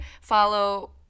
follow